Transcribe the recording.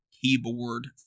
keyboard